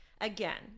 again